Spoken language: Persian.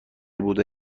بوده